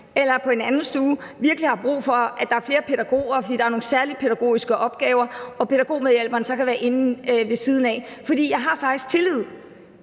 man på den anden stue virkelig har brug for, at der er flere pædagoger, fordi der er nogle særlige pædagogiske opgaver, og hvor pædagogmedhjælperen så også kan være inde ved siden af. Jeg har faktisk tillid